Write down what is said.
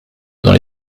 dans